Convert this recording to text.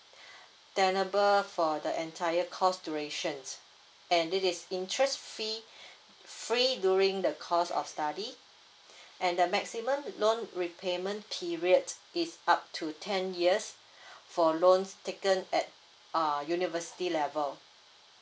tenable for the entire course duration and it is interest free free during the course of study and the maximum loan repayment period is up to ten years for loans taken at err university level